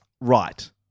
right